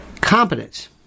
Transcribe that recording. competence